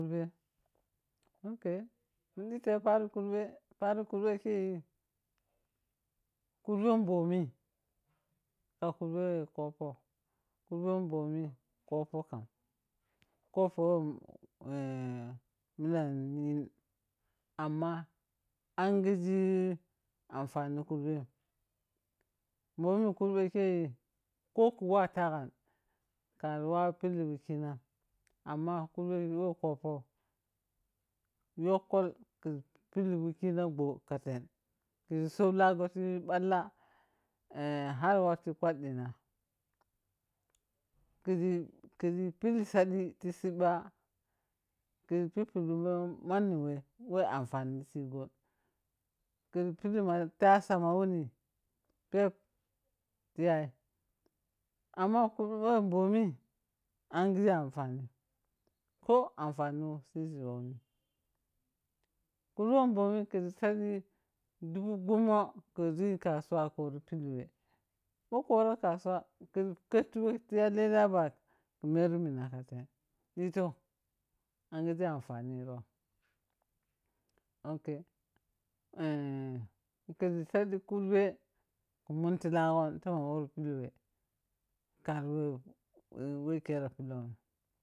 Kurbe ok ni ditiye yi paro kurbe, pani kurbe keyi, kuri bhomi, karbe we khopou, kurbe bhomi kopou kam, kopon we milan nyin amma anghegi anfani kubem momi kurbe keyi ko ku wau taghang hari wawi puwukyenam, amma kurbe we klopou yokkol kiri pil wukhuna wo ɓho ka tei khire sob lagho tiyi ɓacha har watu ɓhaddina khiri pol aditi sibba, kiri pibpib mai we wo amfani sighonghan ma tasa ma woni peb tiyai amma kurbe wo bhomi anghi gha anfanim ko anfani wo sizi womnim kurbe wobbhe mi kiri sadi dube bhummo khe run kasawa hi pili we bho ku woro kasawa kiji khedtu we tiya beda bag kh meru mena ka tei ɗitong ange ghe anfami rom sk, eh, khizi soɗi kurbe khi munfi laghong ta bho wor pilwe kari wo wo khere pedowun.